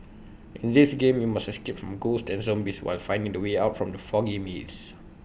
in this game you must escape from ghosts and zombies while finding the way out from the foggy maze